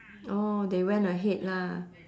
orh they went ahead lah